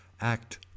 act